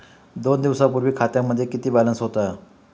दोन दिवसांपूर्वी खात्यामध्ये किती बॅलन्स होता?